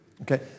Okay